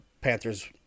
Panthers